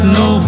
no